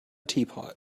teapot